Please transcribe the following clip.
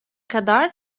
kadar